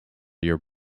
your